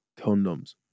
Condoms